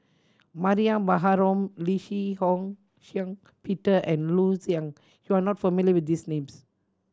Mariam Baharom Lee Shihong Shiong Peter and Loo Zihan You are not familiar with these names